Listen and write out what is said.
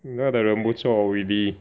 他的人不错 Weelee